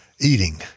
eating